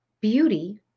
beauty